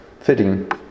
fitting